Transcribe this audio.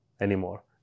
anymore